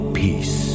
peace